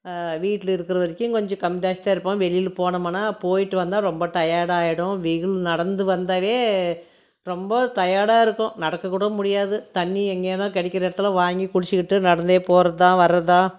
வீட்டில் இருக்கிற வரைக்கும் கொஞ்சம் இருப்போம் கொஞ்சம் வெளியில் போனோம்னா போயிட்டு வந்தால் ரொம்ப டயர்டாகிடும் வெயில் நடந்து வந்தாவே ரொம்ப டயர்டாக இருக்கும் நடக்கக்கூட முடியாது தண்ணி எங்கேயானால் கிடைக்கிற இடத்துல வாங்கி குடித்துக்கிட்டு நடந்தே போறதுதான் வரதுதான்